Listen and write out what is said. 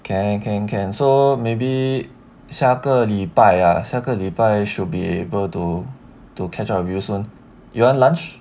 can can can so maybe 下个礼拜呀下个礼拜 should be able to to catch up with you soon you want lunch